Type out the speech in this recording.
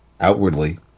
outwardly